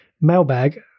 mailbag